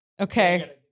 Okay